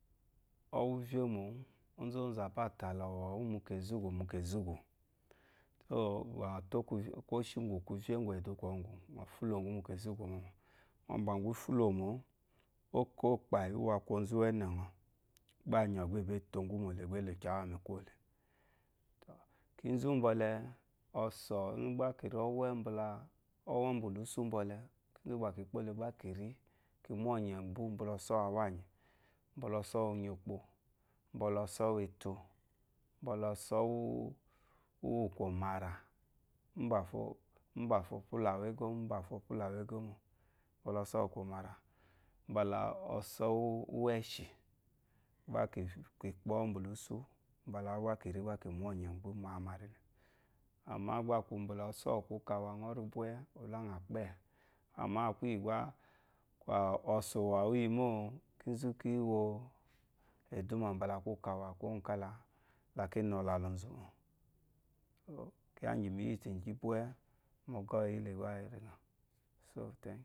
Ɔwe ve mowu uzozu abatala awowu mu kezu gu mokezi gu so ba nyɔ to ko shigu kurye ngwe edu kɔ shingu kurye nagwe edu kɔ gu ba nnyɔ fulo gu mu ku zugu momo nyɔ bwa gu fulomo oko kpayi uwu akwe ozu we ne nyɔ gbanyo betogu mole gba ele kyawa mi kule to, kizu bole oso igba kirowe mbala owe bulu su dole oso igba kirowe mbala owe bulu su bole kizu mbaki kpole gba kirir ki monye bu mbala osu uwa wa nye ubala oso wu onyi kpo imbala oso weto mbala oso wuwu komara mbafo opula wu ego mbafo opula wu ego mbafo opulawu egomo mbala oso wu kuma ra mbala osowu eshi gba ki kpo uwe buluso mblawu gba kiri kimonye wu man marile ama gba ɔri bwe ola nya kpe ama akuyi gba ose owu oyimo kuzu kiwo ɛduma mbala kukawa kowo guka la ki nola lozu mo kiya gi miyitu gi bwe gbari nyɔwu